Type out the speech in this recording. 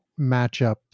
matchup